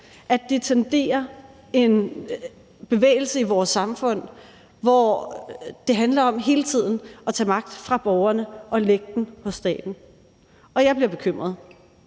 at det tenderer en bevægelse i vores samfund, hvor det hele tiden handler om at tage magt fra borgerne og lægge den hos staten. Jeg bliver bekymret,